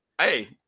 Hey